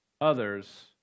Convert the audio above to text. others